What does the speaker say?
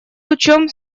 лучом